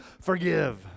forgive